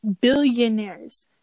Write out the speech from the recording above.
billionaires